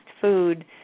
food